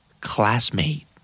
Classmate